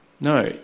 No